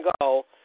go